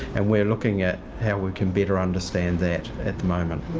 and we're looking at how we can better understand that at the moment.